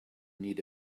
need